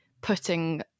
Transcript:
putting